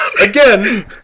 again